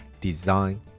Design